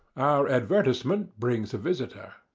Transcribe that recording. our advertisement brings a visitor.